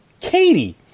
Katie